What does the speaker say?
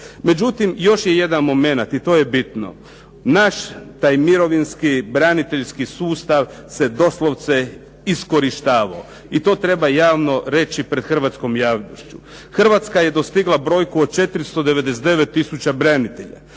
Međutim, još je jedan momenat i to je bitno. Naš taj mirovinski braniteljski sustav se doslovce iskorištavao i to treba javno reći pred hrvatskom javnošću. Hrvatska je dostigla brojku od 499000 branitelja.